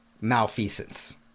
malfeasance